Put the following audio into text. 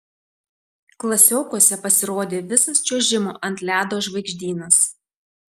klasiokuose pasirodė visas čiuožimo ant ledo žvaigždynas